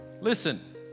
Listen